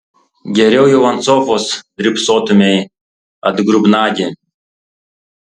geriau jau ant sofos drybsotumei atgrubnagi